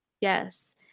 Yes